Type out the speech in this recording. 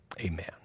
amen